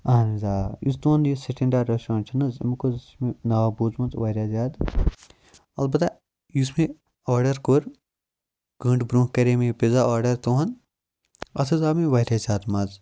اہن حظ آ یُس تُہُنٛد یُس سٹَنڈاڈ ریٚسٹورانٛٹ چھُنہٕ حٕظ امیُک حٕظ چھُ ناو بوٗزمُت واریاہ زیادٕ اَلبَتہ یُس مےٚ آرڈَر کوٚر گٲنٛٹہٕ برونٛہہ کَرے مےٚ یہِ پِزا آرڈَر تُہُنٛد اتھ حٕظ آو مےٚ واریاہ زیادٕ مَزٕ